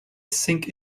think